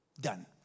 Done